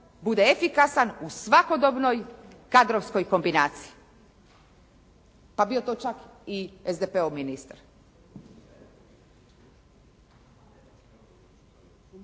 bude efikasan u svakodobnoj kadrovskoj kombinaciji, pa bio to čak i SDP-ov ministar.